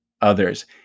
others